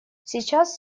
сейчас